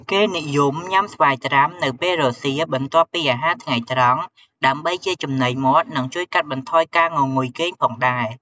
គេនិយមញុាំស្វាយត្រាំ នៅពេលរសៀលបន្ទាប់ពីអាហារថ្ងៃត្រង់ ដើម្បីជាចំណីមាត់ និងជួយកាត់បន្ថយការងងុយគេងផងដែរ។